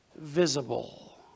visible